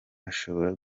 ashobora